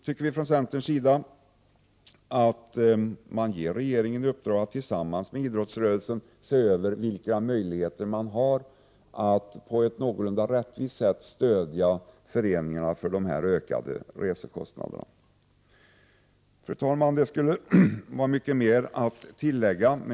Vi anser från centerns sida att det är mycket angeläget att regeringen får i uppdrag att tillsammans med idrottsrörelsen se över vilka möjligheter man har att på ett någorlunda rättvist sätt stödja föreningarna när det gäller de ökade resekostnaderna. Fru talman! Det finns mycket mer att tillägga.